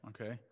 okay